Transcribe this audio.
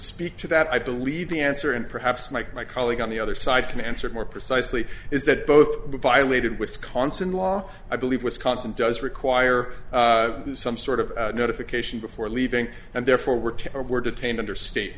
speak to that i believe the answer and perhaps my my colleague on the other side can answer more precisely is that both violated wisconsin law i believe wisconsin does require some sort of notification before leaving and therefore were to or were detained under state